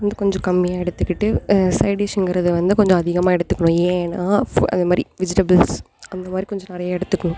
இது கொஞ்சம் கம்மியாக எடுத்துக்கிட்டு சைடிஷ்ஷுங்கிறதை வந்து கொஞ்சம் அதிகமாக எடுத்துக்கணும் ஏன்னா ஃபு அதுமாதிரி வெஜிடபுள்ஸ் அந்தமாதிரி கொஞ்சம் நிறையா எடுத்துக்கணும்